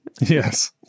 Yes